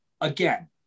Again